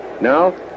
Now